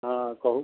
हँ कहु